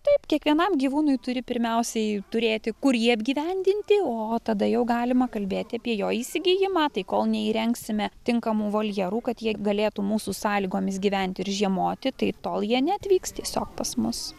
taip kiekvienam gyvūnui turi pirmiausiai turėti kur jį apgyvendinti o tada jau galima kalbėti apie jo įsigijimą tai kol neįrengsime tinkamų voljerų kad jie galėtų mūsų sąlygomis gyventi ir žiemoti tai tol jie neatvyks tiesiog pas mus